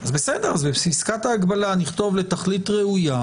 אז בסדר, אז בפסקת ההגבלה נכתוב "לתכלית ראויה,